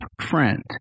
friend